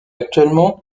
actuellement